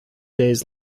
days